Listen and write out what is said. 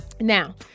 now